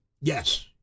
Yes